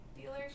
dealers